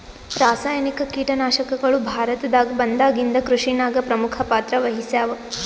ರಾಸಾಯನಿಕ ಕೀಟನಾಶಕಗಳು ಭಾರತದಾಗ ಬಂದಾಗಿಂದ ಕೃಷಿನಾಗ ಪ್ರಮುಖ ಪಾತ್ರ ವಹಿಸ್ಯಾವ